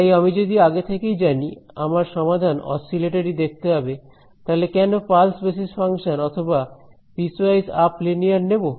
তাই আমি যদি আগে থেকেই জানি আমার সমাধান অসসিলেটরি দেখতে হবে তাহলে কেন পালস বেসিস ফাংশন অথবা পিসওয়াইজ আপ লিনিয়ার নেব